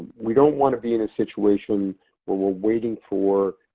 we don't want to be in a situation where we're waiting for